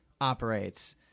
operates